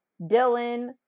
Dylan